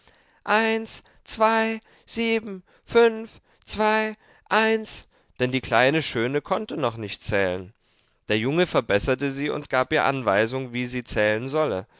eins zwei sieben fünf zwei eins denn die kleine schöne konnte noch nicht zählen der junge verbesserte sie und gab ihr anweisung wie sie zählen solle